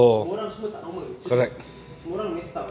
semua orang semua tak normal actually semua orang messed up